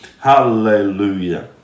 Hallelujah